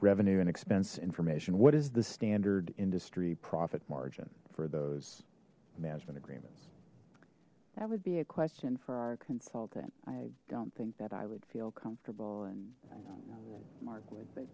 revenue and expense information what is the standard industry profit margin for those management agreements that would be a question for our consultant i don't think that i would feel comfortable and